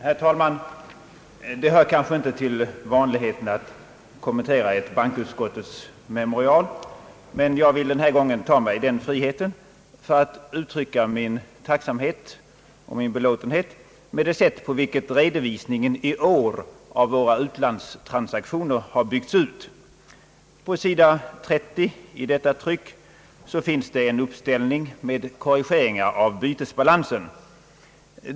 Herr talman! Det hör kanske inte till vanligheten att kommentera ett bankoutskottets memorial, men jag vill denna gång ta mig denna frihet för att uttrycka min tacksamhet och min belåtenhet över det sätt på vilket i år redovisningen av våra utlandstransaktioner byggts ut. På sidan 30 återfinnes en uppställning med korrigeringar av bytesbalansen.